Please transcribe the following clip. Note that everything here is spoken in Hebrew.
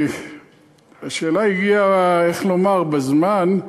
השאלה הגיעה בזמן,